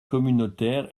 communautaire